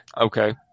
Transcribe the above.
Okay